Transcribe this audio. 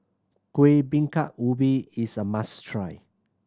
Kuih Bingka Ubi is a must try